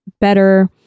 better